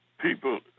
people